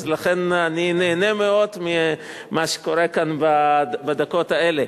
לכן אני נהנה מאוד ממה שקורה כאן בדקות האלה.